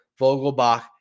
Vogelbach